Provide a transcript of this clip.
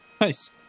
Nice